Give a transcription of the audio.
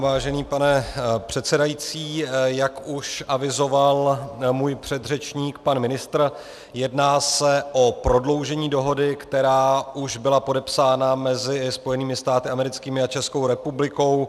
Vážený pane předsedající, jak už avizoval můj předřečník pan ministr, jedná se o prodloužení dohody, která už byla podepsána mezi Spojenými státy americkými a Českou republikou v roce 2007.